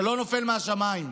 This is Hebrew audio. זה לא נופל מהשמיים.